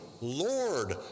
Lord